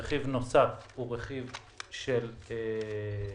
רכיב נוסף הוא רכיב של שוטף.